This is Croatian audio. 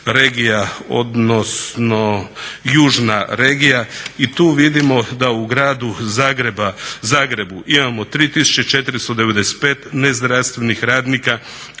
odnosno južna regija i tu vidimo da u gradu Zagrebu imamo 3495 ne zdravstvenih radnika,